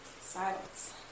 Silence